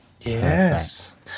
Yes